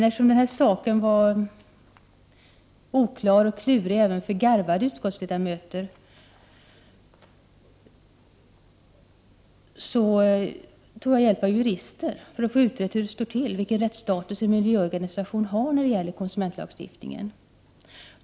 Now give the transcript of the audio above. Eftersom saken verkade vara oklar och klurig även för garvade utskottsledamöter så tog jag hjälp av jurister för att få utrett hur det står till, vilken rättsstatus en miljöorganisation har när det gäller konsumentlagstiftningen.